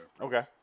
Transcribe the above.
Okay